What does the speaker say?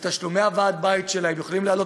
ותשלומי ועד הבית שלהם יכולים לעלות